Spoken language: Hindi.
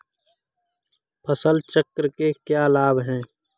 फसल चक्र के क्या लाभ हैं?